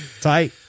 tight